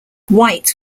white